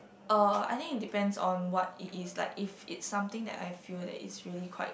uh I think it depends on what it is like if it's something that I feel that it's really quite